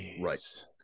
Right